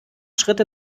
schritte